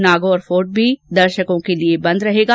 Nagaur fort भी दर्शकों के लिए बंद रहेगा